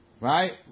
Right